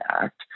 act